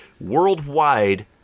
worldwide